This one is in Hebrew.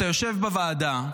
כאילו, אתה יושב בוועדה,